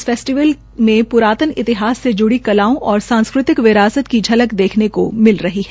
इस फैस्टीवल मे प्रातन इतिहास से ज्ड़ी कलाओं और सांस्कृतिक विरासत की झलक देखने को मिल रही है